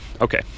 Okay